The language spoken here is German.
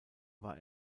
war